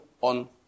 on